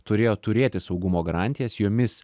turėjo turėti saugumo garantijas jomis